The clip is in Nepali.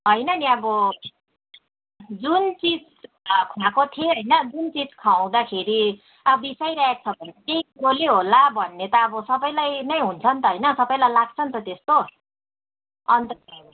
होइन नि अब जुन चिज खुवाएको थिएँ होइन जुन चिज खुवाउँदाखेरि अब बिसाइरहेको छ भनेपछि त्यसले होला भन्ने त अब सबैलाई नै हुन्छ नि त होइन सबैलाई लाग्छ नि त त्यस्तो अन्त